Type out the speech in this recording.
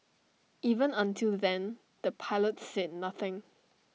even until then the pilots said nothing